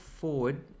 forward